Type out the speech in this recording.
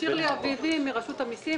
שירלי אביבי, רשות המסים.